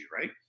right